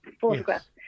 photographs